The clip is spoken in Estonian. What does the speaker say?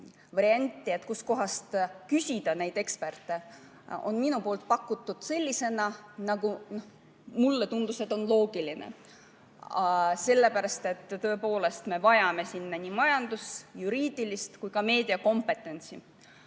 varianti, kust kohast küsida neid eksperte, on minu poolt pakutud sellisena, nagu mulle tundus, et on loogiline. Sellepärast et me tõepoolest vajame sinna nii majandus-, juriidilist kui ka meediakompetentsi.